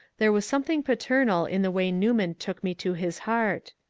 there was some thing paternal in the way newman took me to his heart.